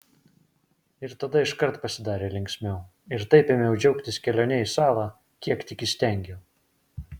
ir tada iškart pasidarė linksmiau ir taip ėmiau džiaugtis kelione į salą kiek tik įstengiau